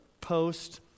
post